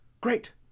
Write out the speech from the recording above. great